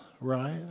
right